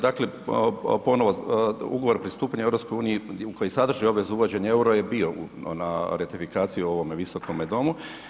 Dakle ponovo, Ugovor o pristupanju EU koji sadrži obvezu uvođenja eura je bio na ratifikaciji u ovome Visokome domu.